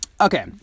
Okay